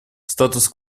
статус